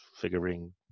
figuring